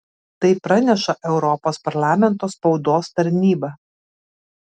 tai praneša europos parlamento spaudos tarnyba